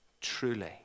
Truly